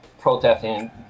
protesting